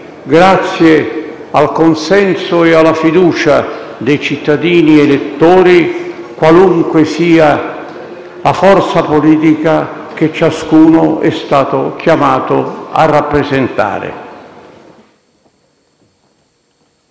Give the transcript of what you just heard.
grazie al consenso e alla fiducia dei cittadini elettori, qualunque sia la forza politica che ciascuno è stato chiamato a rappresentare.